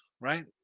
right